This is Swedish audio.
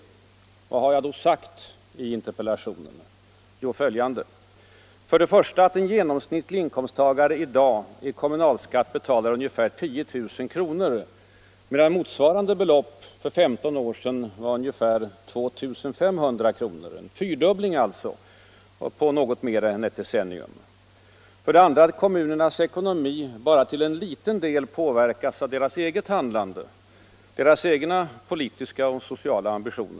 Vad har jag då sagt i interpellationen! Jo, följande. För det första att en genomsnittlig inkomsttagare i dag i kommunalskatt betalar ungefär 10000 kr. medan motsvarande belopp för 15 år sedan var omkring 2 500 kr., en fyrdubbling på något mer än ett decennium. För det andra att kommunernas ekonomi bara till en liten del påverkas av deras eget handlande och deras egna politiska och sociala ambitioner.